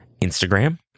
Instagram